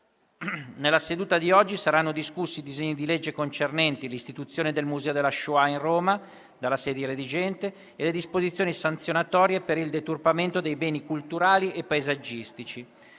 Nella seduta di oggi saranno discussi i disegni di legge concernenti l'istituzione del Museo della Shoah in Roma (dalla sede redigente) e le disposizioni sanzionatorie per il deturpamento dei beni culturali e paesaggistici.